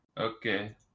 okay